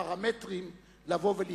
פרמטרים לבוא ולבחון,